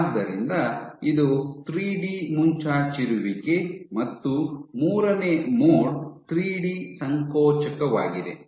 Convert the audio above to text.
ಆದ್ದರಿಂದ ಇದು ಥ್ರೀಡಿ ಮುಂಚಾಚಿರುವಿಕೆ ಮತ್ತು ಮೂರನೇ ಮೋಡ್ ಥ್ರೀಡಿ ಸಂಕೋಚಕವಾಗಿದೆ